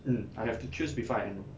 mm I have to choose before I enrol